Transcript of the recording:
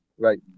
Right